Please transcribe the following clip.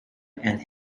and